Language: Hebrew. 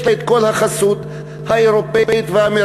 יש לה את כל החסות האירופית והאמריקנית,